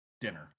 dinner